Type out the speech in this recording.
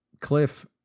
Cliff